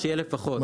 שיהיה לפחות.